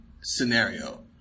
scenario